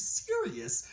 serious